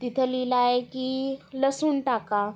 तिथं लिहिलं आहे की लसूण टाका